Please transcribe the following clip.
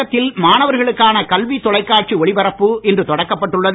தமிழகத்தில் மாணவர்களுக்கான கல்வித் தொலைகாட்சி ஒளிபரப்பு இன்று தொடக்கப்பட்டுள்ளது